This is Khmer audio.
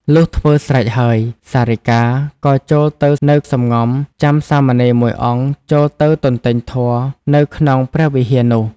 លុះធ្វើស្រេចហើយ សារិកា ក៏ចូលទៅនៅសម្ងំចាំសាមណេរមួយអង្គចូលទៅទន្ទេញធម៌នៅក្នុងព្រះវិហារនោះ ។